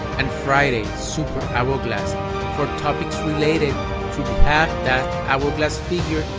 and friday superhourglass for topics related to have that hourglass figure